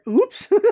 oops